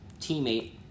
teammate